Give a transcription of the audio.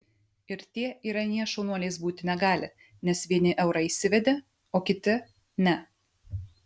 ir tie ir anie šaunuoliais būti negali nes vieni eurą įsivedė o kiti ne